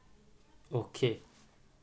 okay